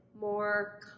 more